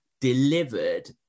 delivered